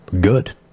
good